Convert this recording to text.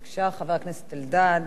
בבקשה, חבר הכנסת אלדד,